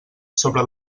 sobre